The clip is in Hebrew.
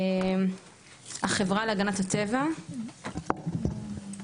החברה להגנת הטבע,